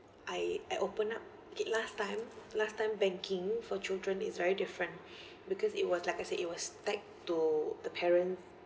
I I open up k last time last time banking for children is very different because it was like I said it was tagged to the parent